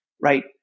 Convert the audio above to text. right